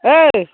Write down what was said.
ओ